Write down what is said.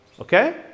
Okay